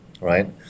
right